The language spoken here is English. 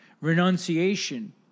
renunciation